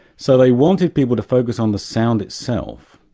so they wanted people to focus on the sound itself.